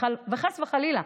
וחס וחלילה,